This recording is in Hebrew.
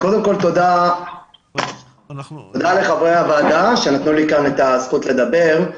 תודה לחברי הוועדה שנתנו לי כאן את הזכות לדבר.